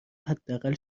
حداقل